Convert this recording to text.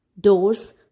Doors